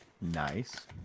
Nice